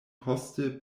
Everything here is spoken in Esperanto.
poste